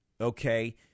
okay